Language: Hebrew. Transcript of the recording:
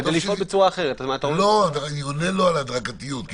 כדי לפעול בצורה אחרת --- אני עונה לו על ההדרגתיות כי